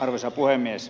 arvoisa puhemies